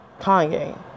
Kanye